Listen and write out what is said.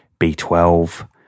B12